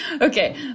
Okay